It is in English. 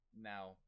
Now